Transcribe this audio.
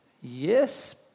Yes